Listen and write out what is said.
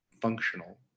functional